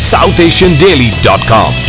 SouthAsianDaily.com